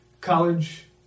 college